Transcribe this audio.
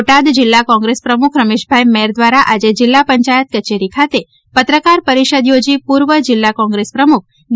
બોટાદ જીલ્લા કોગ્રેસ પ્રમુખ રમેશભાઈ મેર વારા આજે જીલ્લા પચાયત કચેરી ખાતે પત્રકાર પરિષદ યોજી પૂર્વ જિલ્લા કોંગ્રેસ પ્રમુખ ડી